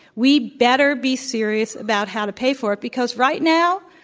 we'd better be serious about how to pay for it because right now,